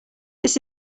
this